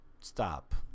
Stop